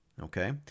okay